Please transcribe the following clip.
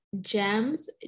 Gems